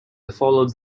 followed